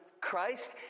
christ